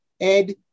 Ed